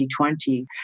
2020